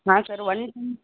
ಹಾಂ ಸರ್ ಒಂದು